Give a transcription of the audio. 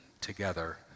together